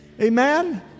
Amen